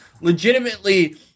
legitimately